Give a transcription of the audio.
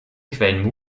quellen